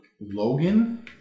Logan